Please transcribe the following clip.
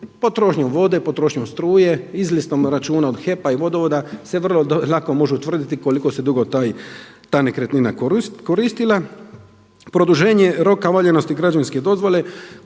potrošnjom vode, potrošnjom struje, izlistom računa od HEP-a i vodovoda se vrlo lako može utvrditi koliko se dugo ta nekretnina koristila. Produženje roka valjanosti građevinske dozvole